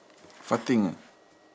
farting ah